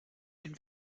den